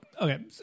okay